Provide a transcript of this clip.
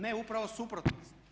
Ne, upravo suprotno.